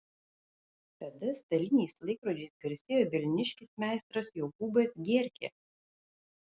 tada staliniais laikrodžiais garsėjo vilniškis meistras jokūbas gierkė